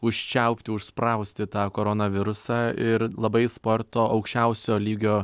užčiaupti užsprausti tą koronavirusą ir labai sporto aukščiausio lygio